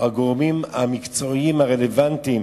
הגורמים המקצועיים הרלוונטיים,